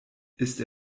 ist